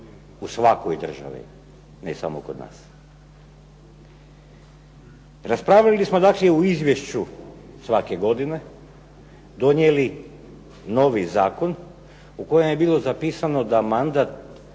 u svakoj državi ne samo kod nas. Raspravili smo dakle u izvješću svake godine, donijeli novi zakon u kojem je bilo zapisano da mandat